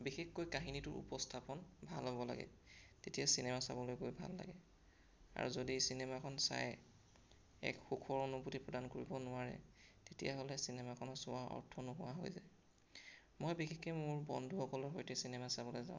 বিশেষকৈ কাহিনীটোৰ উপস্থাপন ভাল হ'ব লাগে তেতিয়া চিনেমা চাবলৈ গৈ ভাল লাগে আৰু যদি চিনেমাখন চাই এক সুখৰ অনুভূতি প্ৰদান কৰিব নোৱাৰে তেতিয়াহ'লে চিনেমাখনো চোৱাৰ অৰ্থ নোহোৱা হৈ যায় মই বিশেষকৈ মোৰ বন্ধুসকলৰ সৈতে চিনেমা চাবলৈ যাওঁ